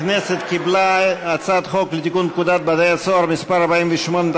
הכנסת קיבלה את הצעת חוק לתיקון פקודת בתי-הסוהר (מס' 48),